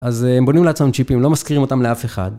אז הם בונים לעצמם צ'יפים, לא משכירים אותם לאף אחד.